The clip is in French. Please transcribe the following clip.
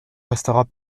resterait